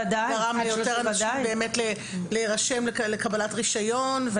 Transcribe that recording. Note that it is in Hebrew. הוא גרם ליותר אנשים להירשם לקבלת רישיון.